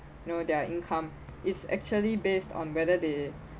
no their income is actually based on whether they